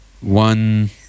one